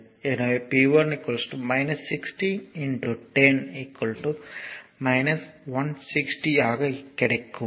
எனவே P1 16 10 160 ஆக இருக்கும்